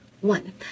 One